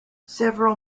several